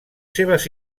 seves